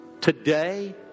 Today